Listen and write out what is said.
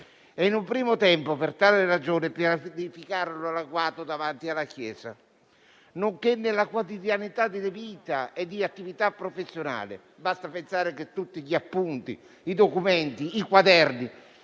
e in un primo tempo, per tale ragione, pianificarono l'agguato davanti alla chiesa - nonché nella quotidianità di vita e di attività professionale. Basti pensare che su tutti gli appunti, i documenti, i quaderni